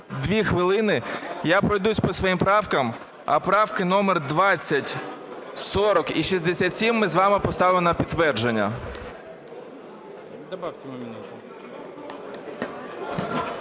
2 хвилини, я пройдусь по своїх правках, а правки номер 20, 40 і 67 ми з вами поставимо на підтвердження. ГОЛОВУЮЧИЙ.